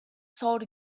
sold